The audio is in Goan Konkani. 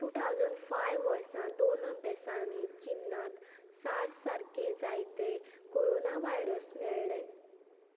टू थावजन फाय वर्सा दोन अभ्यासांनी चिन्नांत साठ सारके जायते कोरोना वायरस मेळ्ळें